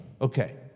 Okay